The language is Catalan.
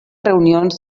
reunions